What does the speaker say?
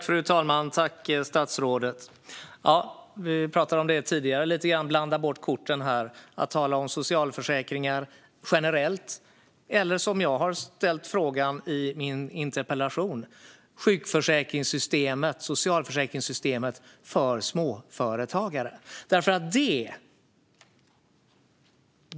Fru talman! Vi pratade lite grann tidigare om att blanda bort korten. Man kan tala om socialförsäkringar generellt eller om det jag har ställt frågor om i min interpellation, nämligen socialförsäkringssystemet för småföretagare.